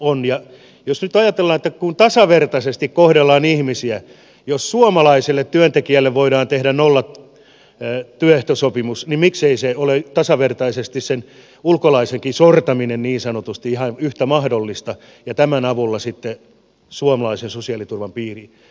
jos nyt ajatellaan että kun tasavertaisesti kohdellaan ihmisiä jos suomalaiselle työntekijälle voidaan tehdä nollatyöehtosopimus niin miksei se ole tasavertaisesti sen ulkolaisenkin sortaminen niin sanotusti ihan yhtä mahdollista ja tämän avulla sitten suomalaisen sosiaaliturvan piiriin